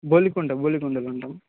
బోలికొండ బోలికొండలో ఉంటాము